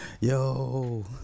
Yo